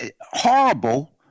horrible